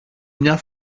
μια